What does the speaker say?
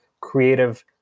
creative